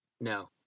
No